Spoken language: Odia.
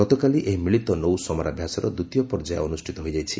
ଗତକାଲି ଏହି ମିଳିତ ନୌ ସମରାଭ୍ୟାସର ଦ୍ୱିତୀୟ ପର୍ଯ୍ୟାୟ ଅନୁଷ୍ଠିତ ହୋଇଯାଇଛି